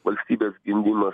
valstybės gimdymas